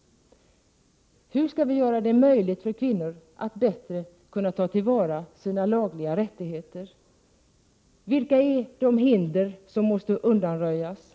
- Hur skall vi göra det möjligt för kvinnor att bättre kunna ta till vara sina lagliga rättigheter? Vilka är de hinder som måste undanröjas?